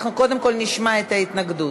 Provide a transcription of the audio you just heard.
אנחנו קודם כול נשמע את ההתנגדות.